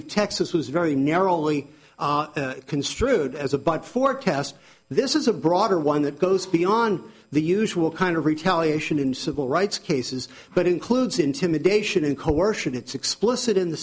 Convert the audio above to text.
of texas was very narrowly construed as a but for test this is a broader one that goes beyond the usual kind of retaliation in civil rights cases but includes intimidation and coercion it's explicit in the